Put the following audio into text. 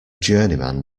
journeyman